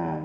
ah